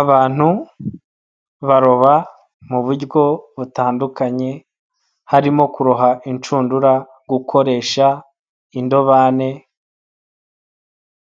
Abantu baroba mu buryo butandukanye, harimo kuroha inshundura, gukoresha indobane,